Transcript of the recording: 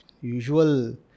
usual